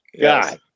God